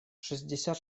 шестьдесят